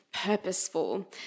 purposeful